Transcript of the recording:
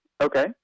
okay